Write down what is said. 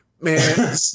man